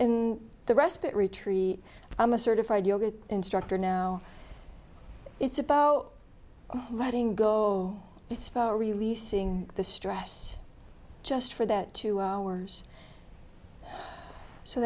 in the respite retreat i'm a certified yoga instructor now it's about letting go it's about releasing the stress just for that two hours so